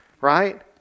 right